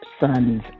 sons